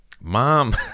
Mom